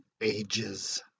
ages